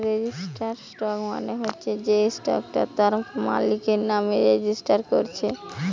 registered stock মানে হচ্ছে যেই স্টকটা তার মালিকের নামে রেজিস্টার কোরছে